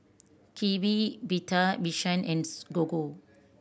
Kiwi Better Vision and Gogo